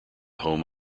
home